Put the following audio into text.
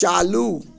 चालू